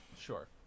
sure